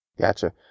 Gotcha